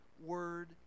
word